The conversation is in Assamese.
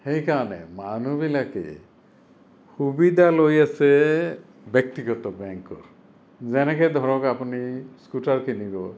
সেই কাৰণে মানুহবিলাকে সুবিধা লৈ আছে ব্যক্তিগত বেংকৰ যেনেকে ধৰক আপুনি স্কুটাৰ কিনিব